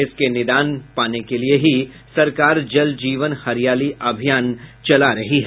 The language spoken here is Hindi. इसके निदान पाने के लिए ही सरकार जल जीवन हरियाली अभियान चला रही है